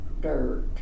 dirt